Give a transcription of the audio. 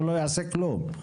הוא לא יעשה כלום,